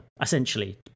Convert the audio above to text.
essentially